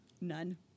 None